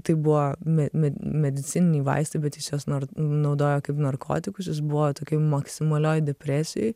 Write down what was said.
tai buvo mememedicininiai vaistai bet jis juos nor naudojo kaip narkotikus jis buvo tokioj maksimalioj depresijoj